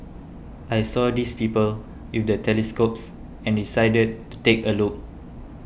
I saw these people with the telescopes and decided to take a look